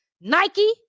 Nike